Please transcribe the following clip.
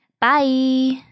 Bye